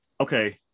Okay